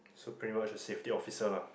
so pretty much the safety officer lah